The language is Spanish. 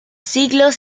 siglos